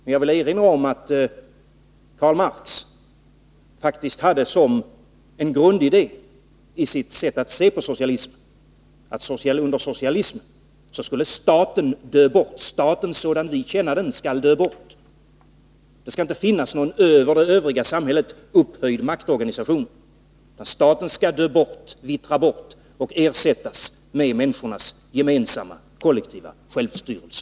Men jag vill erinra om att Karl Marx faktiskt hade som en grundidé i sitt sätt att se på socialismen, att under socialismen skulle staten dö bort. Staten, sådan vi känner den, skall dö bort. Det skall inte finnas någon över det övriga samhället upphöjd maktorganisation. Staten skall dö bort, vittra bort, och ersättas med människornas gemensamma kollektiva självstyrelse.